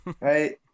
right